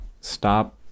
Stop